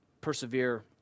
persevere